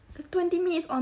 twenty minutes on